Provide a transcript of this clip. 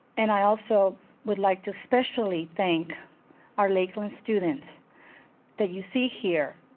and i also would like to especially thank our lakeland students that you see here